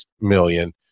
million